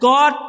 God